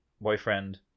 boyfriend